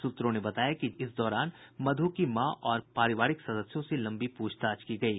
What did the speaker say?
सूत्रों ने बताया कि इस दौरान मधु की मां और पारिवारिक सदस्यों से लम्बी पूछताछ की गयी